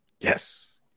Yes